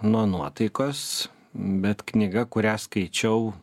nuo nuotaikos bet knyga kurią skaičiau